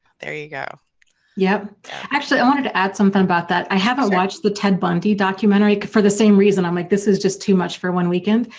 there you go yep actually i wanted to add something about that, i haven't watched the ted bundy documentary for the same reason i'm like this is just too much for one weekend.